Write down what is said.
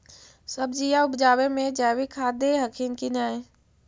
सब्जिया उपजाबे मे जैवीक खाद दे हखिन की नैय?